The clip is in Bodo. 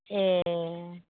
एह